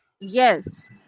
yes